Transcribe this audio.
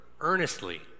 earnestly